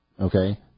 okay